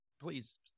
please